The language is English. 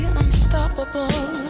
unstoppable